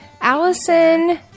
Allison